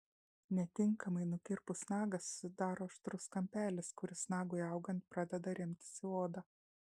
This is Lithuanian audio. netinkamai nukirpus nagą susidaro aštrus kampelis kuris nagui augant pradeda remtis į odą